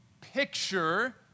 picture